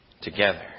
together